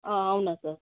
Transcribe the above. అవునా సార్